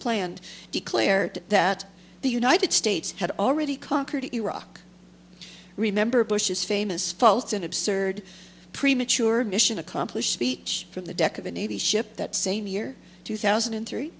planned declared that the united states had already conquered iraq remember bush's famous faults an absurd premature mission accomplished speech from the deck of a navy ship that same year two thousand and three